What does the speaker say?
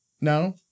No